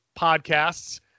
podcasts